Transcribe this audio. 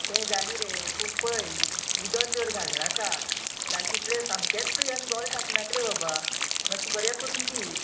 तें जाली रे पूण पळय उदक चड घालनाका जाता इतलें सामकेंच हे दोळे धाकनाका रे बाबा मातशें बरें करून दी